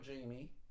Jamie